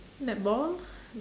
netball